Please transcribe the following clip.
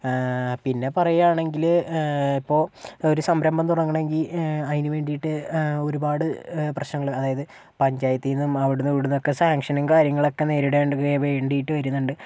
പിന്നേ പറയുകയാണെങ്കില് ഇപ്പോൾ ഒരു സംരംഭം തുടങ്ങണമെങ്കിൽ അതിന് വേണ്ടിയിട്ട് ഒരുപാട് പ്രശ്നങ്ങള് അതായത് പഞ്ചായത്തിൽ നിന്നും അവിടുന്നും ഇവിടുന്നുമൊക്കെ സാങ്ക്ഷനും കാര്യങ്ങളുമൊക്കെ നേരിടേണ്ട ഒരു വേണ്ടിയിട്ട് വരുന്നുണ്ട്